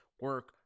Work